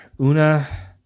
Una